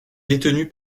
détenue